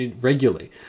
regularly